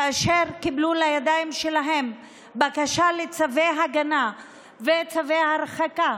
כאשר הם קיבלו לידיים שלהם בקשה לצווי הגנה ולצווי הרחקה,